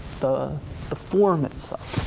the the form itself.